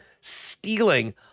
stealing